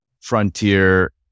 frontier